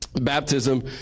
Baptism